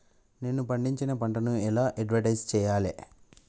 నేను పండించిన పంటను ఎలా అడ్వటైస్ చెయ్యాలే?